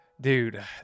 dude